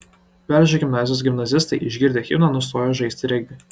velžio gimnazijos gimnazistai išgirdę himną nustojo žaisti regbį